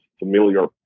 familiar